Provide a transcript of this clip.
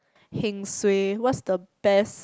heng suay what's the best